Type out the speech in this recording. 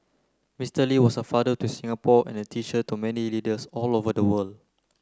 Mister Lee was a father to Singapore and a teacher to many leaders all over the world